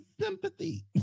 sympathy